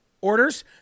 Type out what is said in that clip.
orders